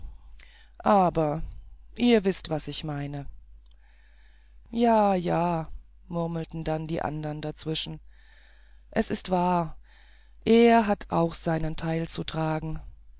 aber ihr wißt was ich meine ja ja murmelten dann die anderen dazwischen es ist wahr er hat auch sein teil zu tragen